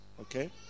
okay